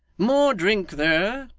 more drink there